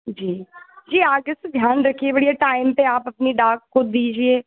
जी जी आगे से ध्यान रखिए बढ़िया टाइम पर आप अपनी डाक को दीजिए